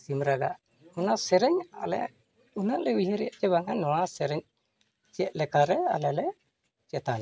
ᱥᱤᱢ ᱨᱟᱜᱟ ᱚᱱᱟ ᱥᱮᱨᱮᱧ ᱟᱞᱮ ᱩᱱᱟᱹᱜ ᱞᱮ ᱩᱭᱦᱟᱹᱨᱮ ᱪᱮ ᱵᱟᱝ ᱱᱚᱣᱟ ᱥᱮᱨᱮᱧ ᱪᱮᱫ ᱞᱮᱠᱟ ᱨᱮ ᱟᱞᱮ ᱞᱮ ᱪᱮᱛᱟᱱᱟ